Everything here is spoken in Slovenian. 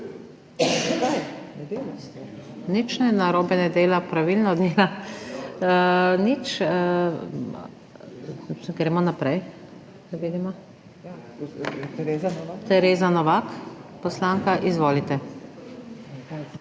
nič narobe ne dela, pravilno dela. Nič, gremo naprej. Tereza Novak, poslanka, izvolite.